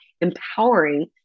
empowering